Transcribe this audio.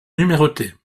numérotés